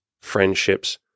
friendships